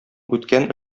үткән